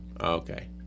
Okay